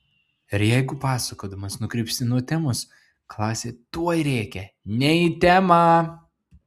ir jeigu pasakodamas nukrypsti nuo temos klasė tuoj rėkia ne į temą